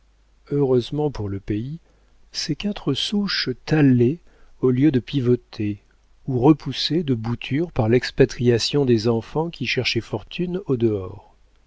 heureusement pour le pays ces quatre souches tallaient au lieu de pivoter ou repoussaient de bouture par l'expatriation des enfants qui cherchaient fortune au dehors